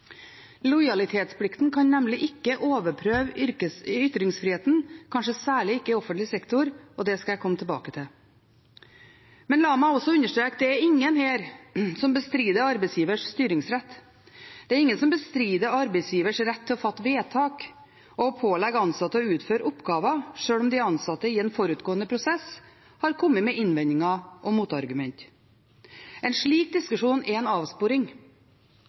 Lojalitetsplikten kan nemlig ikke overprøve ytringsfriheten, kanskje særlig ikke i offentlig sektor – det skal jeg komme tilbake til. Men la meg også understreke: Det er ingen her som bestrider arbeidsgivers styringsrett. Det er ingen som bestrider arbeidsgivers rett til å fatte vedtak og pålegge ansatte å utføre oppgaver, sjøl om de ansatte i en forutgående prosess har kommet med innvendinger og motargumenter. En slik diskusjon er en avsporing.